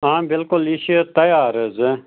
آ بِلکُل یہِ چھِ تَیار حظ